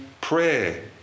prayer